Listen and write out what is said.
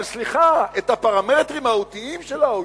אבל סליחה, את הפרמטרים המהותיים של ה-OECD,